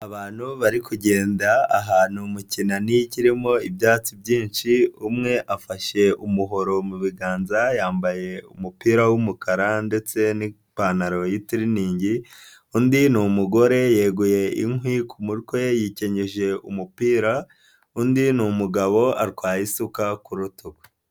Abantu bari kugenda ahantu mu kinani kirimo ibyatsi byinshi, umwe afashe umuhoro mu biganza yambaye umupira w'umukara ndetse n'ipantaro y'itiriningi, undi ni umugore yeguye inkwi ku mutwe yikenyeje umupira, undi ni umugabo atwaye isuka ku rutugu.